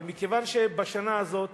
אבל מכיוון שבשנה הזאת